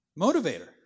motivator